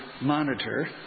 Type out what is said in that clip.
Monitor